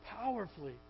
powerfully